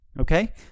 okay